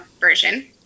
version